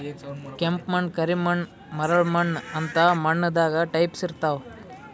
ಕೆಂಪ್ ಮಣ್ಣ್, ಕರಿ ಮಣ್ಣ್, ಮರಳ್ ಮಣ್ಣ್ ಅಂತ್ ಮಣ್ಣ್ ದಾಗ್ ಟೈಪ್ಸ್ ಇರ್ತವ್